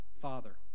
father